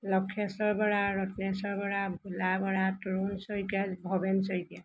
Lakheswar Bora Ratneswar Bora Bhola Bora Tarun Saikia Bhaben Saikia